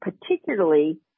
particularly